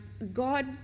God